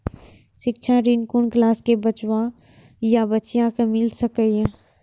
शिक्षा ऋण कुन क्लास कै बचवा या बचिया कै मिल सके यै?